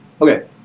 okay